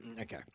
Okay